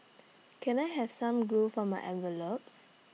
can I have some glue for my envelopes